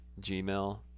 Gmail